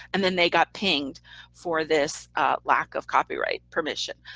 and then they got pinged for this lack of copyright permission.